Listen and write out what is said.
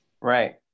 right